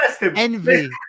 envy